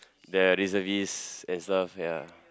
the reservist and stuff ya